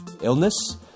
illness